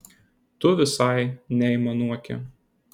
tu visai neaimanuoki